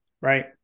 right